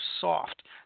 soft